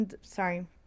Sorry